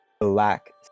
black